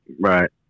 Right